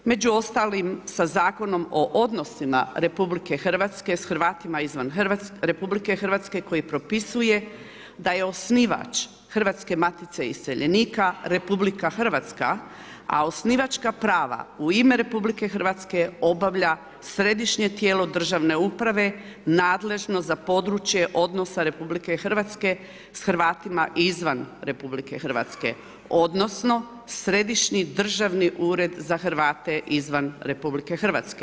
Među ostalim sa Zakonom o odnosima RH s HRvatima izvan RH koji propisuje da je osnivač Hrvatske matice iseljenika RH, a osnivačka prava u ime RH obavlja središnje tijelo državne uprave nadležno za područje odnosa RH s Hrvatima izvan RH odnosno Središnji državni ured za Hrvate izvan RH.